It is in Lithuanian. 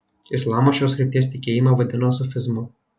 islamas šios krypties tikėjimą vadina sufizmu